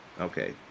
Okay